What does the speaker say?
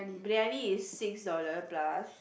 briyani is six dollar plus